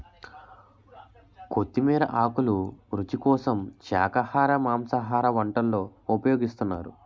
కొత్తిమీర ఆకులు రుచి కోసం శాఖాహార మాంసాహార వంటల్లో ఉపయోగిస్తున్నారు